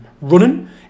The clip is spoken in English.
running